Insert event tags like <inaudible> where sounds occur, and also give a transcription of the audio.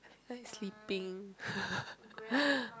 <noise> sleeping <laughs>